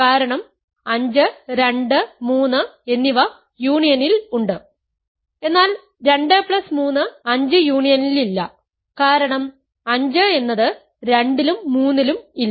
കാരണം 5 2 3 എന്നിവ യൂണിയനിൽ ഉണ്ട് എന്നാൽ 2 3 5 യൂണിയനിലില്ല കാരണം 5 എന്നത് 2 ലും 3 ലും ഇല്ല